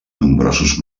nombrosos